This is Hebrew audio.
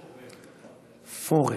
פורר,